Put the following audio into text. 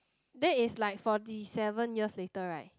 that is like forty seven years later right